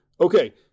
Okay